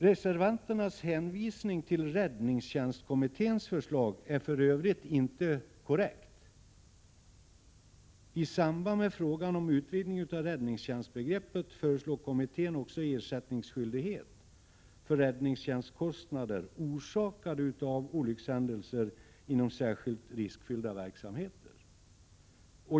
Reservanternas hänvisning till räddningstjänstkommitténs förslag är för övrigt inte korrekt. I samband med frågan om utvidgning av räddningstjänstbegreppet föreslog kommittén också ersättningsskyldighet i fråga om räddningstjänstkostnader orsakade av olyckshändelser inom särskilt riskfyllda verksamheter.